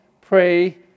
pray